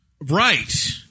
Right